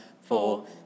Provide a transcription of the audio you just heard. four